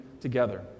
together